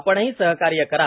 आपणही सहकार्य करा